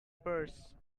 purse